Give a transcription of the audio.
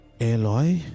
Eloy